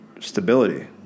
stability